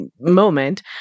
moment